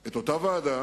את הוועדה